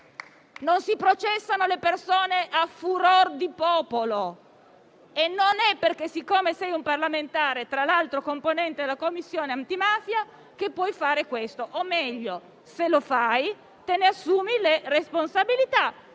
Non si processano le persone a furor di popolo e non è che, siccome sei un parlamentare, tra l'altro componente della Commissione antimafia, puoi farlo o, meglio, se lo fai, te ne assumi le responsabilità